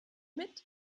mit